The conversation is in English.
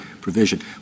provision